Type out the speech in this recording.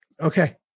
okay